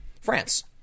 France